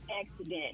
accident